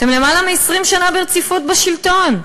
אתם למעלה מ-20 שנה ברציפות בשלטון,